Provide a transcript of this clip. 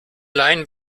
laien